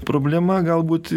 problema galbūt